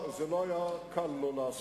הלוואה, איך קוראים לבחור